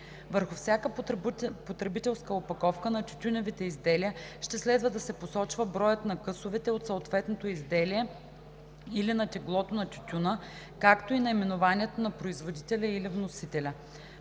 Върху всяка потребителска опаковка на тютюневите изделия ще следва да се посочва броят на късовете от съответното изделие или теглото на тютюна, както и наименованието на производителя или вносителя.